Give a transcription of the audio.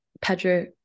Pedro